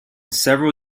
several